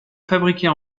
fabriquée